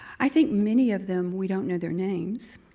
i think many of them, we don't know their names.